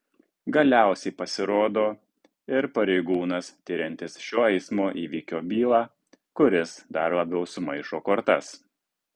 galiausiai pasirodo ir pareigūnas tiriantis šio eismo įvykio bylą kuris dar labiau sumaišo kortas